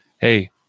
hey